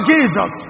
Jesus